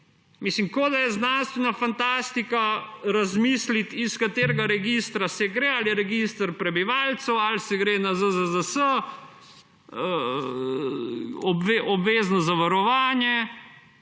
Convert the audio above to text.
Kot da je znanstvena fantastika razmisliti, iz katerega registra se gre, ali je register prebivalcev ali se gre na ZZZS, obvezno zavarovanje